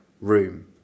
room